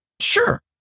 sure